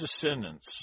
descendants